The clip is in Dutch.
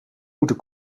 moeten